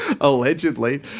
allegedly